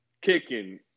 kicking